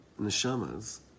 neshamas